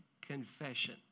confession